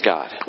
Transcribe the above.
God